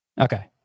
Okay